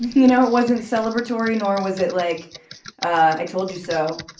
you know, it wasn't celebratory, nor was it like i told you so.